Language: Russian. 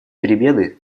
перемены